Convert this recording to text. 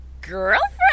Girlfriend